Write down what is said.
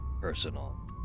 personal